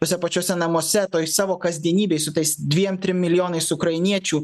tuose pačiuose namuose toj savo kasdienybėj su tais dviem trim milijonais ukrainiečių